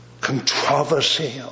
controversy